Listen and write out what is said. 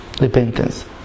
repentance